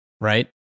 right